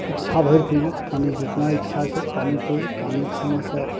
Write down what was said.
इच्छा भरि पीबू पानि जितना इच्छा छै पानि पीबू पानि पीनेसँ